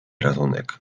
ratunek